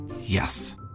Yes